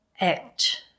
act